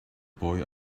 boy